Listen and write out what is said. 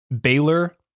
Baylor